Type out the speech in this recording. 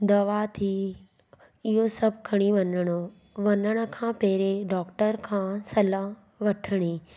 दवा थी इहो सभु खणी वञिणो वञण खां पहिरें डॉक्टर खां सलाहु वठिणी